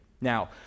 Now